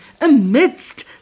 amidst